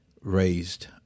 raised